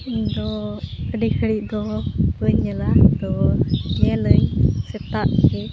ᱤᱧᱫᱚ ᱟᱹᱰᱤ ᱜᱷᱟᱹᱲᱤᱡ ᱫᱚ ᱵᱟᱹᱧ ᱧᱮᱞᱟ ᱛᱚ ᱧᱮᱞᱟᱹᱧ ᱥᱮᱛᱟᱜ ᱜᱮ